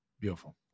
Beautiful